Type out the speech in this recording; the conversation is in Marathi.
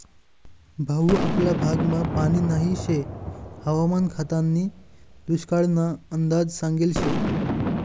भाऊ आपला भागमा पानी नही शे हवामान खातानी दुष्काळना अंदाज सांगेल शे